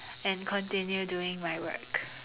and continue doing my work